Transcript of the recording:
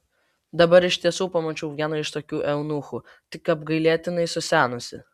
dabar iš tiesų mačiau vieną iš tokių eunuchų tik apgailėtinai susenusį